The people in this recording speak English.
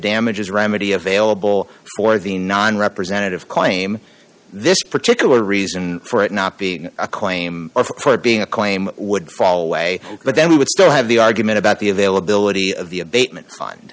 damages remedy available for the non representative claim this particular reason for it not being a claim of being a claim would fall away but then we would still have the argument about the availability of the abatement